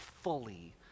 fully